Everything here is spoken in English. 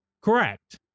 Correct